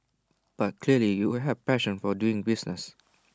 but clearly you have A passion for doing business